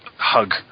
hug